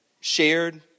shared